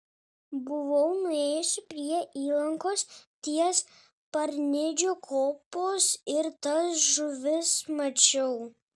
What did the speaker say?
buvau nuėjusi prie įlankos ties parnidžio kopos ir tas žuvis mačiau